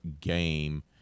game